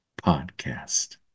Podcast